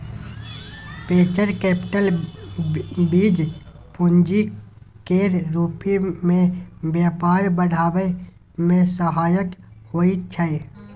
venture capital बीज पूंजी केर रूप मे व्यापार बढ़ाबै मे सहायक होइ छै